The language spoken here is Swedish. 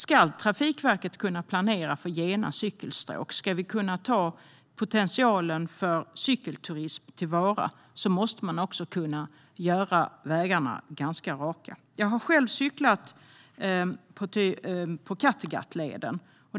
Om Trafikverket ska kunna planera för gena cykelstråk och ta potentialen för cykelturism till vara måste vägarna göras raka. Jag har själv cyklat på Kattegattleden.